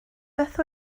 beth